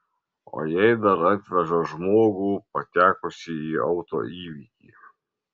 o jei dar atveža žmogų patekusį į auto įvykį